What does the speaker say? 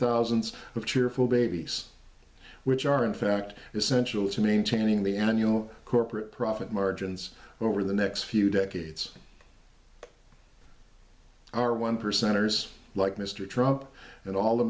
thousands of cheerful babies which are in fact essential to maintaining the annual corporate profit margins over the next few decades are one percenters like mr trump and all the